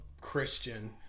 Christian